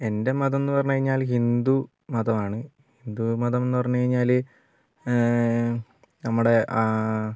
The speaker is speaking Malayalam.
എൻ്റെ മതം എന്ന് പറഞ്ഞുകഴിഞ്ഞാല് ഹിന്ദു മതമാണ് ഹിന്ദു മതം എന്ന്പറഞ്ഞു കഴിഞ്ഞാല് നമ്മുടെ